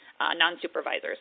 non-supervisors